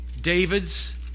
David's